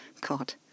God